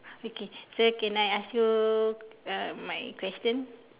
okay so okay now I ask you uh my question